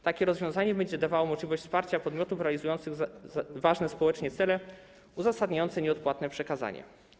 Takie rozwiązanie będzie dawało możliwość wsparcia podmiotów realizujących ważne społecznie cele uzasadniające nieodpłatne przekazanie.